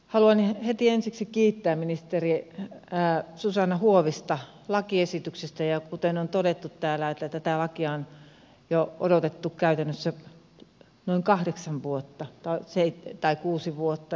haluan heti ensiksi kiittää ministeri susanna huovista lakiesityksestä ja kuten on todettu täällä tätä lakiahan on odotettu käytännössä jo noin kahdeksan vuotta tai kuusi vuotta